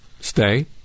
stay